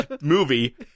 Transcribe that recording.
movie